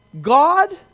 God